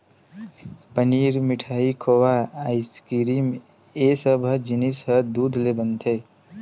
पनीर, मिठाई, खोवा, आइसकिरिम ए सब जिनिस ह दूद ले बने होथे